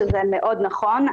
שזה מאוד נכון,